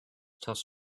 toss